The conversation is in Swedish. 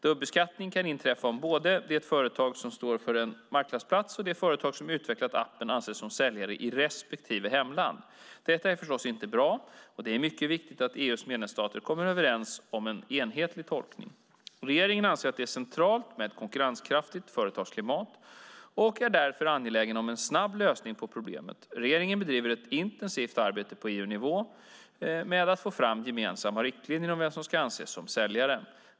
Dubbelbeskattning kan inträffa om både det företag som står för en marknadsplats och det företag som utvecklat appen anses som säljare i respektive hemland. Detta är förstås inte bra, och det är mycket viktigt att EU:s medlemsstater kommer överens om en enhetlig tolkning. Regeringen anser att det är centralt med ett konkurrenskraftigt företagsklimat, och vi är därför angelägna om en snabb lösning på problemet. Regeringen bedriver ett intensivt arbete på EU-nivå med att få fram gemensamma riktlinjer om vem som ska anses som säljare.